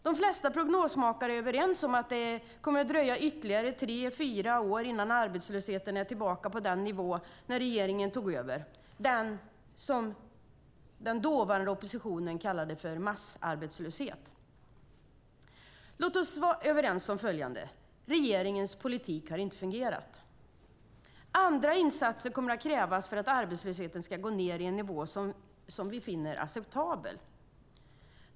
De flesta prognosmakare är överens om att det kommer att dröja ytterligare tre fyra år innan arbetslösheten är tillbaka på samma nivå som när regeringen tog över - som den dåvarande oppositionen kallade massarbetslöshet. Låt oss vara överens om följande: Regeringens politik har inte fungerat. Andra insatser kommer att krävas för att arbetslösheten ska gå ned på en nivå som vi finner acceptabel.